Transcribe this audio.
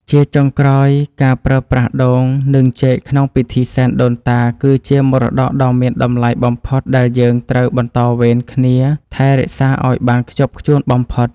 ជាចុងក្រោយការប្រើប្រាស់ដូង និងចេកក្នុងពិធីសែនដូនតា គឺជាមរតកដ៏មានតម្លៃបំផុតដែលយើងត្រូវបន្តវេនគ្នាថែរក្សាឱ្យបានខ្ជាប់ខ្ជួនបំផុត។